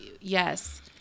yes